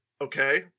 okay